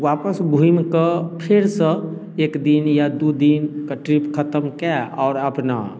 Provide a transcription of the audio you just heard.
वापस घुमि कऽ फेर सऽ एक दिन या दू दिन के ट्रिप खतम कए आओर अपना